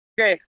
okay